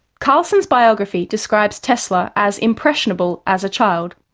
carlson's biography describes tesla as impressionable as a child.